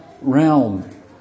realm